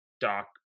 doc